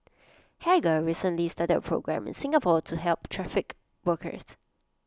hagar recently started A programme in Singapore to help trafficked workers